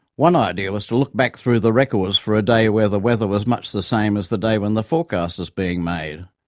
one idea was to look back through the records for a day where the weather was much the same as the day when the forecast was being made.